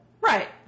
Right